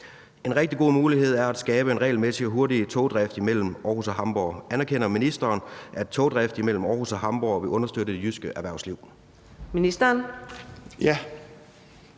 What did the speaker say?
En rigtig god mulighed er at skabe en regelmæssig og hurtig togdrift imellem Aarhus og Hamborg. Anerkender ministeren, at togdrift imellem Aarhus og Hamborg vil understøtte det jyske erhvervsliv?